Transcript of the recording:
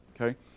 Okay